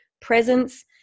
presence